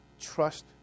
trust